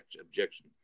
objection